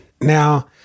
Now